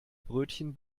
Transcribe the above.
brötchen